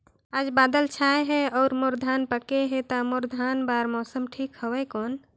आज बादल छाय हे अउर मोर धान पके हे ता मोर धान बार मौसम ठीक हवय कौन?